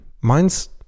Mine's